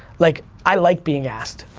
like i like being asked,